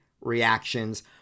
reactions